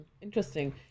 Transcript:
Interesting